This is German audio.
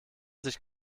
sich